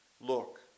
look